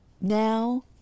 now